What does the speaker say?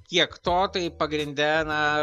kiek to tai pagrinde na